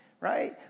right